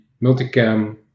multi-cam